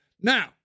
Now